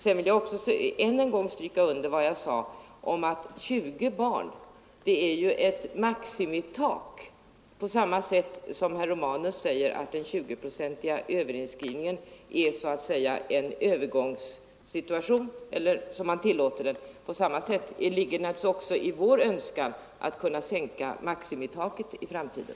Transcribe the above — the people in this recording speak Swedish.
Jag vill än en gång stryka under vad jag sade, att 20 barn är ett maximitak, på samma sätt som herr Romanus säger att den 20-procentiga överinskrivningen är så att säga en övergångssituation, något som man tillfälligt tillåter. Det ligger naturligtvis i vår önskan att kunna sänka maximitaket i framtiden.